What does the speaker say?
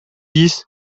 dix